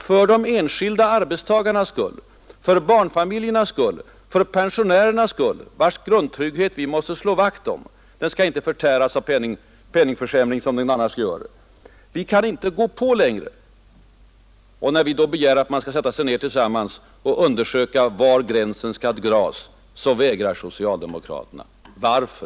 För de enskilda arbetstagarnas skull, för barnfamiljernas skull, för pensionärernas skull, vilkas grundtrygghet vi måste slå vakt om — den skall inte få förtäras av penningförsämringar. Vi kan inte gå på längre. Och när mitt parti då begär att man skall sätta sig ner och tillsammans undersöka var gränsen skall dras, då vägrar socialdemokraterna. Varför?